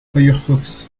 firefox